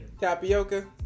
Tapioca